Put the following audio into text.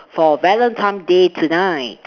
for Valentine's day tonight